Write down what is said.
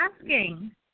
asking